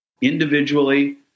individually